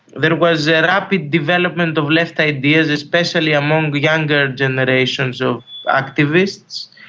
there was a rapid development of left ideas, especially among younger generations of activists,